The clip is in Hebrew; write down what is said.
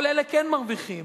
כל אלה כן מרוויחים,